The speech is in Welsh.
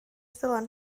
dylan